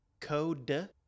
code